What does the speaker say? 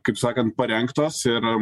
kaip sakant parengtos ir